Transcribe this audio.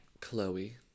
Chloe